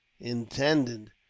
intended